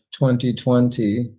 2020